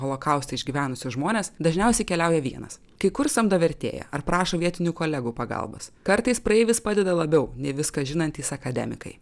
holokaustą išgyvenusius žmones dažniausiai keliauja vienas kai kur samdo vertėją ar prašo vietinių kolegų pagalbos kartais praeivis padeda labiau nei viską žinantys akademikai